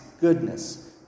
goodness